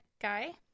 guy